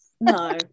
No